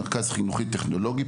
מרכז חינוכי וטכנולוגי,